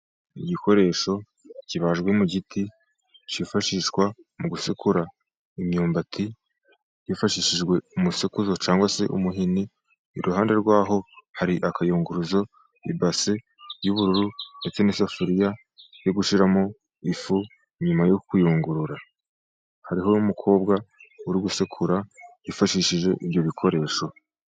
Igikoresho kibajwe mu giti cifashishwa mu gusekura imyumbati, hifashishijwe umusekuzo cyangwa se umuhini, iruhande rwaho hari akayunguruzo, ibase y' ubururu ndetse n' isafuriya yo gushiramo ifu, nyuma yo kuyungurura, hariho umukobwa uri gusekura yifashishije ibyo bikoresho.